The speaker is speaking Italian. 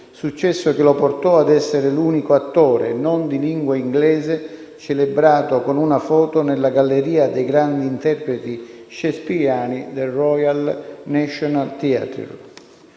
successo che lo portò a essere l'unico attore non di lingua inglese celebrato con una foto nella galleria dei grandi interpreti shakespeariani del Royal National Theatre.